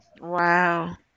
Wow